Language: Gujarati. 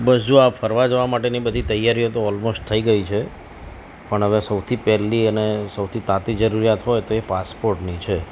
બસ જોવો આ ફરવા જવા માટેની બધી તૈયારીઓ તો ઓલમોસ્ટ થઈ ગઈ છે પણ હવે સૌથી પહેલી અને સૌથી તાતી જરૂરિયાત હોય તો એ પાસપોર્ટની છે